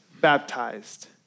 baptized